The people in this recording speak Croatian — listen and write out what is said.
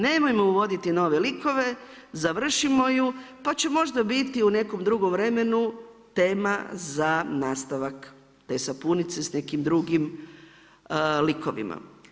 Nemojmo uvoditi nove likove, završimo ju pa će možda biti u nekom drugom vremenu tema za nastavak te sapunice sa nekim drugim likovima.